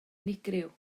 unigryw